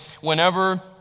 whenever